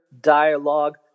dialogue